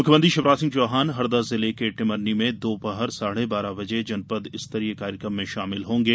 मुख्यमंत्री शिवराज सिंह चौहान हरदा जिले के टिमरनी में दोपहर साढ़े बारह बजे जनपद स्तरीय कार्यक्रम में शामिल होंगे